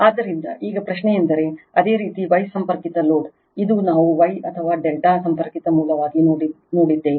ಆದ್ದರಿಂದ ಈಗ ಪ್ರಶ್ನೆಯೆಂದರೆ ಅದೇ ರೀತಿ Y ಸಂಪರ್ಕಿತ ಲೋಡ್ ಇದು ನಾವು Y ಅಥವಾ ∆ ಸಂಪರ್ಕಿತ ಮೂಲವಾಗಿ ನೋಡಿದ್ದೇವೆ